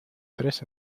tres